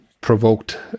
provoked